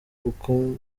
kuko